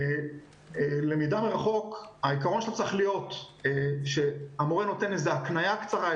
העיקרון של הלמידה מרחוק צריך להיות שהמורה נותן הקנייה קצרה,